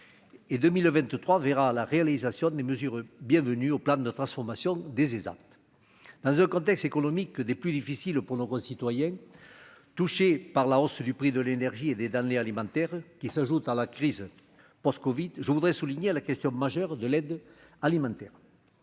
et 2023 verra la réalisation des mesures bienvenue au plan de transformation des actes dans un contexte économique des plus difficiles pour nos concitoyens touchés par la hausse du prix de l'énergie et des denrées alimentaires qui s'ajoute à la crise post- Covid je voudrais souligner, à la question majeure de l'aide alimentaire